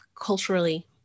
Culturally